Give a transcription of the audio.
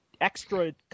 extra